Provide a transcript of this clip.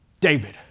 David